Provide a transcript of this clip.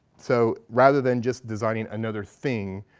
so rather than just designing another thing,